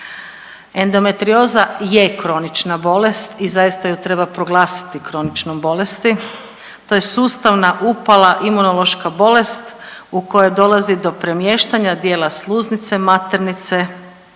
Endometrioza je kronična bolest i zaista ju treba proglasiti kroničnom bolesti, to je sustavna upala imunološka bolest u kojoj dolazi do premještanja dijela sluznice maternice